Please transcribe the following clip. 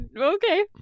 okay